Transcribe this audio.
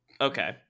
okay